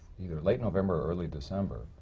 year, late november or early december.